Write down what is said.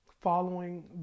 following